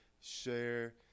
share